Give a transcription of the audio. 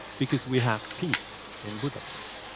because we have peace in budapest.